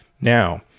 now